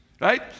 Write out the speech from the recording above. right